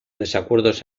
desacuerdos